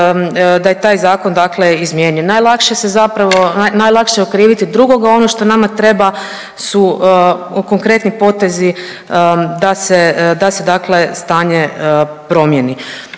da je taj zakon izmijenjen. Najlakše se zapravo, najlakše je okrivi drugoga, a ono što nama treba su konkretni potezi da se stanje promijeni.